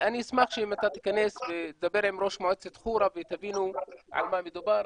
אני אשמח אם אתה תיכנס ותדבר עם ראש מועצת חורה ותבינו על מה מדובר,